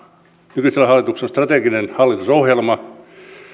nykyisen hallituksen strateginen hallitusohjelma